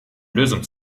lösung